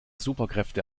superkräfte